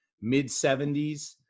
mid-70s